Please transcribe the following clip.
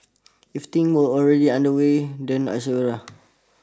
if things were already underway then I say